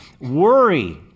Worry